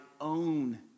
own